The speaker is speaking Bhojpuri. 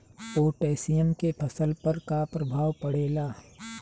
पोटेशियम के फसल पर का प्रभाव पड़ेला?